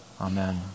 Amen